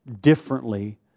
differently